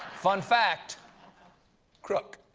fun fact crook.